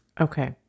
Okay